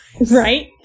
Right